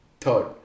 Third